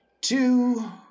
two